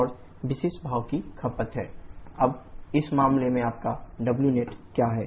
और विशिष्ट भाप की खपत है SSC1Wnet अब इस मामले में आपका Wnet क्या है